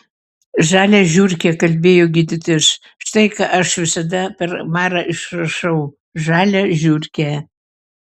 žalią žiurkę kalbėjo gydytojas štai ką aš visada per marą išrašau žalią žiurkę